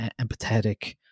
empathetic